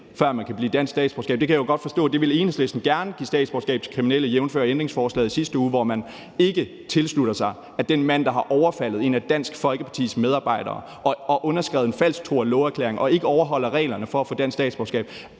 når man får dansk statsborgerskab. Jeg kan forstå, at der vil Enhedslisten gerne give statsborgerskab til kriminelle, jævnfør ændringsforslaget i sidste uge, som man ikke tilslutter sig. Den mand, der har overfaldet en af Dansk Folkepartis medarbejdere og underskrevet en falsk tro og love-erklæring og ikke overholder reglerne for at få dansk statsborgerskab,